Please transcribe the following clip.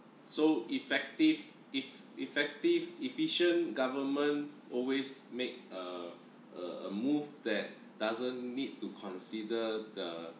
so effective if effective efficient government always make a a move that doesn't need to consider the